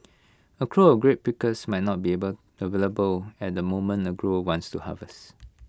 A crew of grape pickers might not be able available at the moment A grower wants to harvest